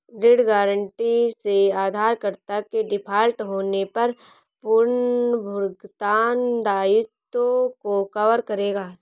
ऋण गारंटी से उधारकर्ता के डिफ़ॉल्ट होने पर पुनर्भुगतान दायित्वों को कवर करेगा